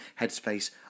Headspace